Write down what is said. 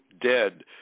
dead